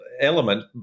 element